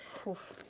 hoof.